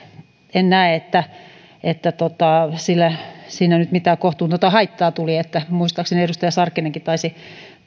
en näe että että siinä nyt mitään kohtuutonta haittaa tulisi muistaakseni edustaja sarkkinenkin taisi